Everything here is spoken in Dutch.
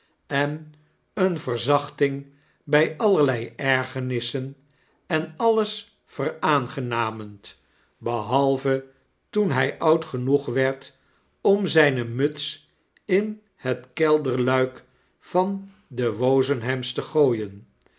en eene verzachtmg by allerlei ergernissen en alles veraangenamend behalve toen hy oud genoeg werd om zyne muts in het kelderluik van de wozenhams te gooien